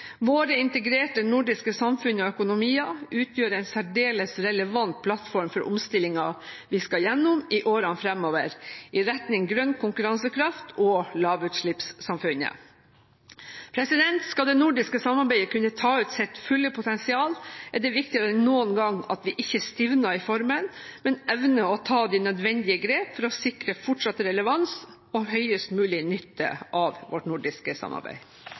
Våre integrerte nordiske samfunn og økonomier utgjør en særdeles relevant plattform for omstillingen vi skal gjennom i årene fremover, i retning grønn konkurransekraft og lavutslippssamfunn. Skal det nordiske samarbeidet kunne ta ut sitt fulle potensial, er det viktigere enn noen gang at vi ikke stivner i formen, men evner å ta de nødvendige grep for å sikre fortsatt relevans og høyest mulig nytte av vårt nordiske samarbeid.